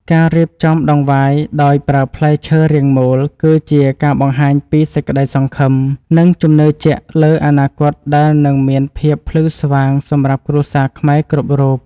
ការរៀបចំដង្វាយដោយប្រើផ្លែឈើរាងមូលគឺជាការបង្ហាញពីសេចក្តីសង្ឃឹម និង ជំនឿជាក់លើអនាគតដែលនឹងមានភាពភ្លឺស្វាងសម្រាប់គ្រួសារខ្មែរគ្រប់រូប។